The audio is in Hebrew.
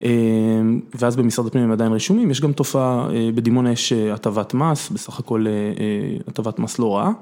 אמ..ואז במשרד הפנים הם עדיין רשומים, יש גם תופעה בדימונה יש הטבת מס, בסך הכל הטבת מס לא רעה